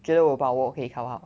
觉得我把握可以考好